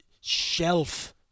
Shelf